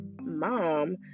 mom